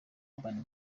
urban